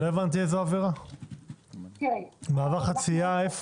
מעבר חציה?